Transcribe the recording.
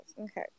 Okay